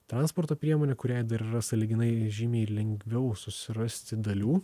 transporto priemonė kuriai dar yra sąlyginai žymiai lengviau susirasti dalių